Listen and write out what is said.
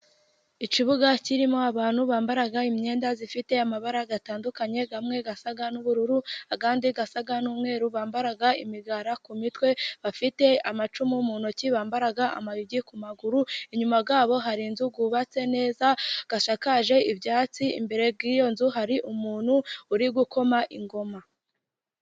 Ikibuga kirimo abantu bambaye imyenda ifite amabara atandukanye amwe asa n'ubururu, andi asa n'umweru, bambaye imigara ku mitwe bafite amacumu mu ntoki ,bambaye amayugi ku maguru. Inyuma yabo hari inzu yubatse neza isakaje ibyatsi ,imbere y'iyo nzu hari umuntu uri gukoma ingoma.